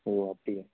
ஓ அப்படியா